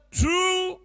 true